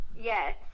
Yes